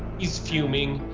he's fuming.